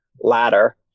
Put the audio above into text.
ladder